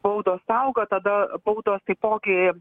baudos auga tada baudos taipogi